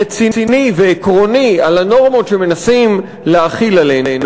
רציני ועקרוני על הנורמות שמנסים להחיל עלינו,